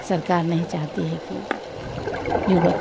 सरकार नहीं चाहती है कि युवक